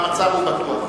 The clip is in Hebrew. המצב הוא בטוח.